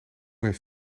heeft